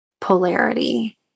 polarity